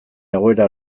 egoera